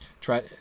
try